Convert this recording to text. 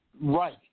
Right